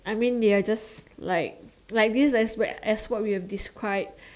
I mean they're just like like this as what as what we've describe